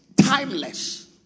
timeless